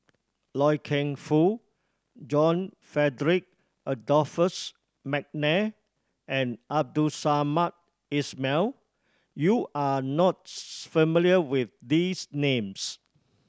Loy Keng Foo John Frederick Adolphus McNair and Abdul Samad Ismail you are not familiar with these names